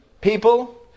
people